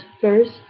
first